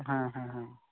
হ্যাঁ হ্যাঁ হ্যাঁ